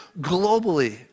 globally